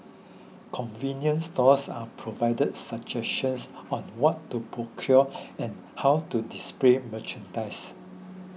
convenience stores are provided suggestions on what to procure and how to display merchandise